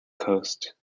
coast